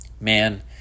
Man